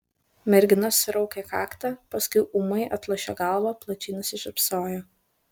mergina suraukė kaktą paskui ūmai atlošė galvą plačiai nusišypsojo